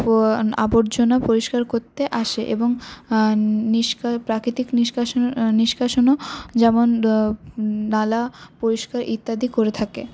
আবর্জনা পরিস্কার করতে আসে এবং প্রাকৃতিক নিষ্কাশনের নিষ্কাশনও যেমন নালা পরিষ্কার ইত্যাদি করে থাকে